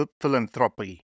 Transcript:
philanthropy